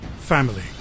Family